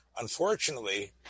unfortunately